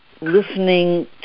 listening